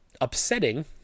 upsetting